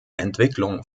entwicklung